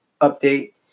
update